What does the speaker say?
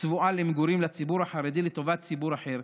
הצבועה למגורים לציבור החרדי לטובת ציבור אחר.